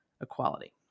equality